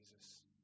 Jesus